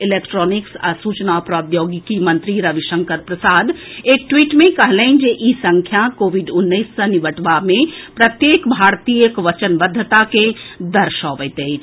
electronics आ सूचना प्रौद्योगिकी मंत्री रविशंकर प्रसाद एक ट्वीट मे कहलनि जे ई संख्या कोविड उन्नैस सँ निबटबा मे प्रत्येक भारतीयक वचनबद्धता के दर्शबैत अछि